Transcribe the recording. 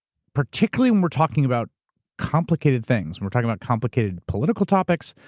particularly when we're talking about complicated things. when we're talking about complicated political topics,